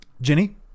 Jenny